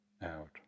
out